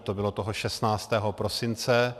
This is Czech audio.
To bylo toho 16. prosince.